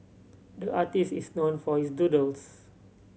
the artist is known for his doodles